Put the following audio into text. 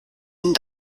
ihnen